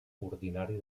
ordinari